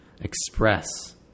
express